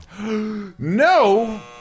No